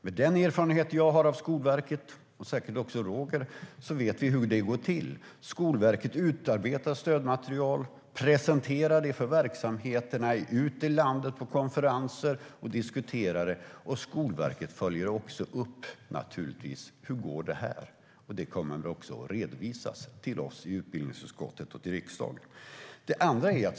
Med den erfarenhet jag har av Skolverket - och säkert också Roger Haddad - vet jag hur det går till. Skolverket utarbetar stödmaterial, presenterar det för verksamheterna ute i landet på konferenser, och sedan följer Skolverket upp hur det går. Det redovisas för oss i utbildningsutskottet och riksdagen.